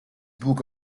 book